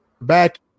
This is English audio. back